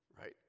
Right